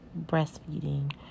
breastfeeding